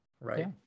right